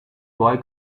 boy